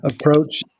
approach